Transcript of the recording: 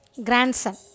Grandson